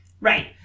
Right